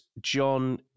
John